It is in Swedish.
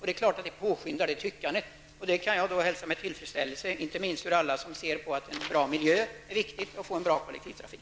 Detta faktum påverkar naturligtvis tyckandet, vilket jag kan hälsa med tillfredsställelse -- inte minst med tanke på oss alla som tänker på vikten av en bra miljö och en bra kollektivtrafik.